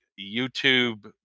YouTube